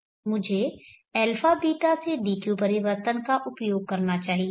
मुझे αβ से dq परिवर्तन का उपयोग करना चाहिए